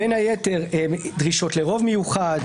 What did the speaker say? בין היתר דרישות לרוב מיוחד,